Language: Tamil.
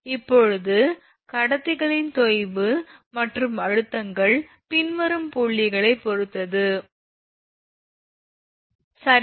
இப்போது கடத்திகளின் தொய்வு மற்றும் அழுத்தங்கள் பின்வரும் புள்ளிகளைப் பொறுத்தது 1